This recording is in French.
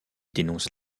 dénonce